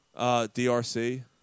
DRC